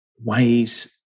ways